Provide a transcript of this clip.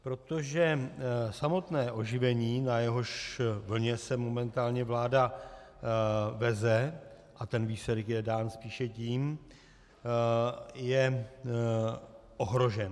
Protože samotné oživení, na jehož vlně se momentálně vláda veze, a ten výsledek je dán spíše tím, je ohrožen.